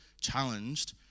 challenged